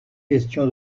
question